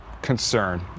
Concern